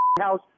house